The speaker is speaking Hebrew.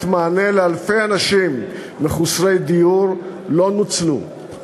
מענה לאלפי אנשים מחוסרי דיור לא נוצלו.